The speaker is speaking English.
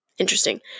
interesting